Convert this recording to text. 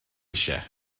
eisiau